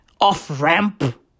off-ramp